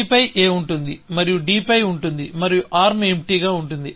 b పై a ఉంటుంది మరియు d పై ఉంటుంది మరియు ఆర్మ్ ఎంప్టీగా ఉంది